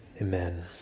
amen